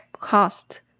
cost